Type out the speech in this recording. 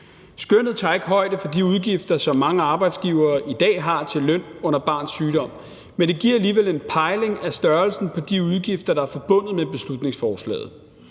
Skønnet tager ikke højde for de udgifter, som mange arbejdsgivere i dag har til løn under barns sygdom, men det giver alligevel en pejling af størrelsen på de udgifter, der er forbundet med beslutningsforslaget.